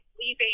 leaving